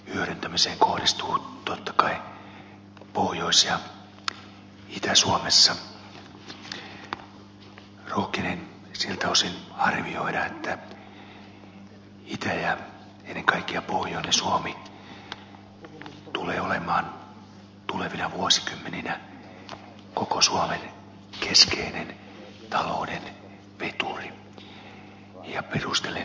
rohkenen siltä osin arvioida että itä suomi ja ennen kaikkea pohjoinen suomi tulevat olemaan tulevina vuosikymmeninä koko suomen keskeinen talouden veturi